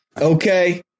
okay